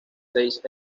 seis